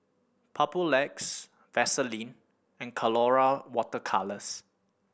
Papulex Vaselin and Colora Water Colours